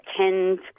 attend